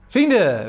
Vrienden